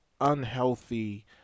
unhealthy